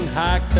high